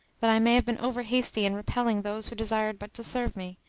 that i may have been over-hasty in repelling those who desired but to serve me,